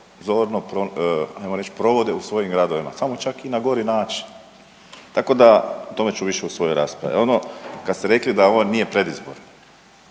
zorno hajmo reći provode u svojim gradovima samo čak i na gori način. Tako da o tome ću više u svojoj raspravi. Ono kad ste rekli da ovo nije predizbor,